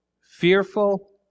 fearful